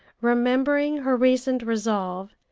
remembering her recent resolve,